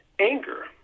anger